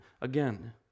again